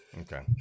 Okay